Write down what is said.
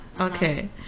Okay